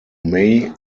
may